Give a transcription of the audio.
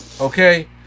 Okay